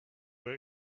were